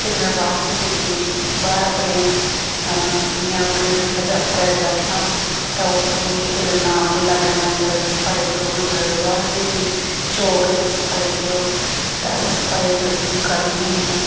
फिर में बाह्र बी जंदी रेही बाह्र अपने जि'यां अपने कुसै दफ्तरै च बैठना तां उत्थै उ'नेंगी इक दिन लाना भई लाग्गै मंदरै दी सफाई करो मंदरै दे बाह्र जे कोई चौक ऐ ते सफाई करो ते असें सफाई करदियां करनी होन्नी आं